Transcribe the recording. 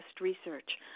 research